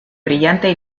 brillante